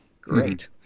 Great